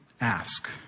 Ask